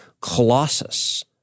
colossus